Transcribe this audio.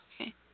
Okay